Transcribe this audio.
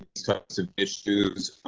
types of issues